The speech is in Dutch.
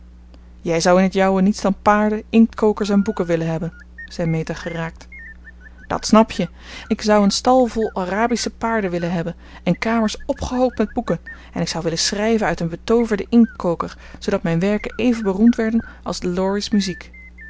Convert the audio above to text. jij zou in het jouwe niets dan paarden inktkokers en boeken willen hebben zei meta geraakt dat snap je ik zou een stal vol arabische paarden willen hebben en kamers opgehoopt met boeken en ik zou willen schrijven uit een betooverden inktkoker zoodat mijn werken even beroemd werden als laurie's muziek